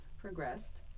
progressed